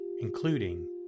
including